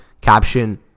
caption